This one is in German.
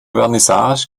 vernissage